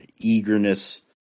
eagerness